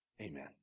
Amen